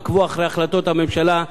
תעקבו אחרי החלטות הממשלה.